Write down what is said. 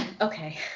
Okay